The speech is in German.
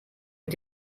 mit